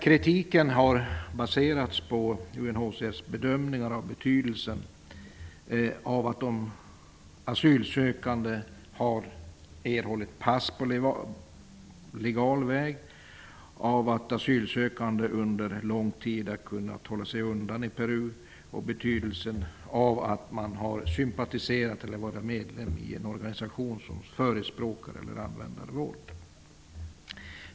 Kritiken har baserats på UNHCR:s bedömning av betydelsen av att de asylsökande har erhållit pass på legal väg, av att asylsökande under lång tid har kunnat hålla sig undan i Peru och av att de har sympatiserat med eller varit medlem i en organisation som förespråkar eller använder våld.